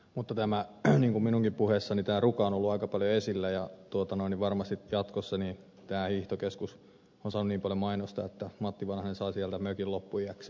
mutta tämä ruka niin kuin minunkin puheessani on ollut aika paljon esillä ja varmasti jatkossa tämä hiihtokeskus on saanut niin paljon mainosta matti vanhanen saa sieltä mökin loppuiäkseen ilmaiseksi